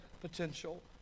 potential